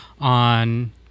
on